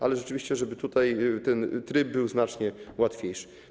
Ale rzeczywiście, żeby tutaj ten tryb był znacznie łatwiejszy.